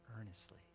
earnestly